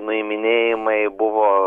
nuiminėjimai buvo